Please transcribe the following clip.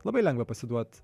labai lengva pasiduot